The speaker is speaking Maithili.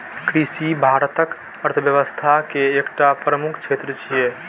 कृषि भारतक अर्थव्यवस्था के एकटा प्रमुख क्षेत्र छियै